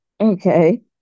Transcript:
okay